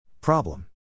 Problem